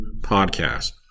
podcast